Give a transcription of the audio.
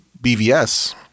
bvs